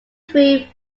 three